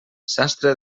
sastre